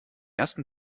ersten